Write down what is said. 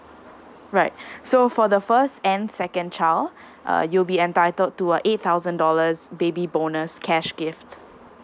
right so for the first and second child uh you'll be entitled to a eight thousand dollars baby bonus cash gift